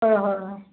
হয় হয় হয়